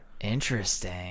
interesting